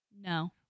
No